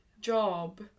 job